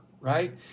right